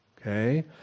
okay